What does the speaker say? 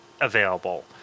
available